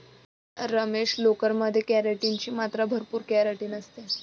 रमेश, लोकर मध्ये केराटिन ची मात्रा भरपूर केराटिन असते